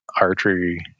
archery